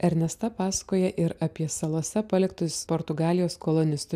ernesta pasakoja ir apie salose paliktus portugalijos kolonistų